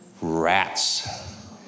Rats